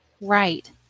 Right